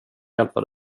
hjälpa